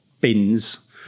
bins